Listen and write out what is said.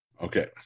okay